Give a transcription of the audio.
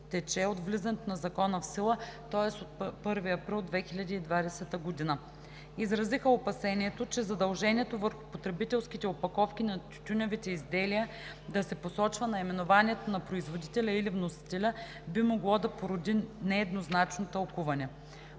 тече от влизането на Закона в сила, тоест от 1 април 2020 г. Изразиха опасението, че задължението върху потребителските опаковки на тютюневите изделия да се посочва наименованието на производителя или вносителя би могло да породи нееднозначно тълкуване.